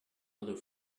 other